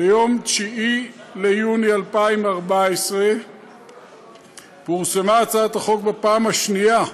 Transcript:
ביום 9 ביוני 2014 פורסמה הצעת החוק בפעם השנייה.